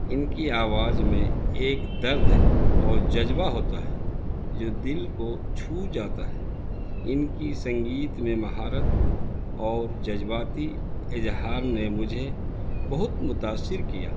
ان کی آواز میں ایک درد ہے اور جذبہ ہوتا ہے جو دل کو چھو جاتا ہے ان کی سنگیت میں مہارت اور جذباتی اظہار نے مجھے بہت متاثر کیا